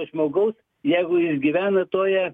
žmogaus jeigu jis gyvena toje